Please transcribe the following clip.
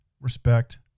respect